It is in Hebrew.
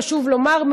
חשוב לומר,